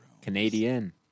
Canadian